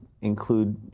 include